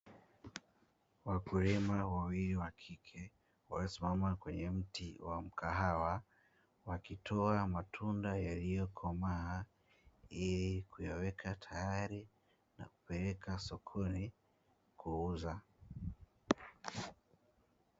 Wakulima wawili wakike waliosimama kwenye mti wa mkahawa wakitoa matunda yaliyo komaa ili kuyaweka tayari na kupeleka sokoni kuuza.